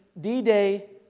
D-Day